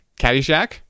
Caddyshack